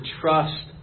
trust